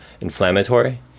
inflammatory